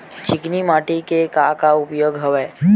चिकनी माटी के का का उपयोग हवय?